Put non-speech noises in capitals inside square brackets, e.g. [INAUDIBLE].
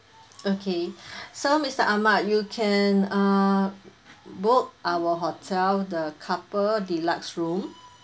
okay [BREATH] so mister Ahmad you can uh book our hotel the couple deluxe room